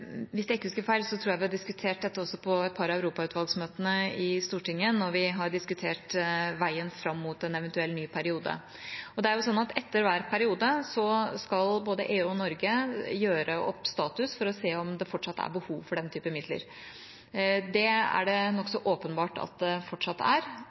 Hvis jeg ikke husker feil, tror jeg vi har diskutert dette også på et par av møtene i Europautvalget i Stortinget når vi har diskutert veien fram mot en eventuell ny periode. Det er jo sånn at etter hver periode skal både EU og Norge gjøre opp status for å se om det fortsatt er behov for denne typen midler. Det er det nokså åpenbart at det fortsatt er,